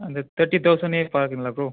அந்த தேர்ட்டி தௌசணே பார்க்குறீங்களா ப்ரோ